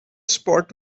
spot